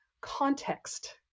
context